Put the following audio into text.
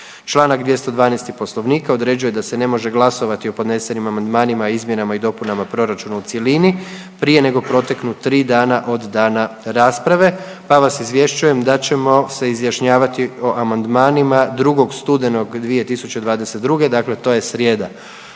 Članak 212. Poslovnika određuje da se ne može glasovati o podnesenim amandmanima, izmjenama i dopunama proračuna u cjelini prije nego proteknu tri dana od dana rasprave, pa vas izvješćujem da ćemo se izjašnjavati o amandmanima 2. studenog 2022., dakle to je srijeda